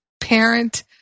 parent